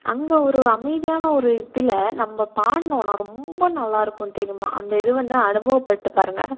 அங்கே ஒரு அமைதியான ஒரு இதில் நம்ம பாடினோன்னா ரொம்ப நல்லாயிருக்கும் தெரியுமா அந்த இது வந்து அனுபவப்பட்டு பாருங்க